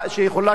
הוא מבוצע.